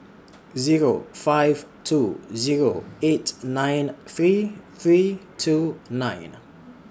Zero five two Zero eight nine three three two nine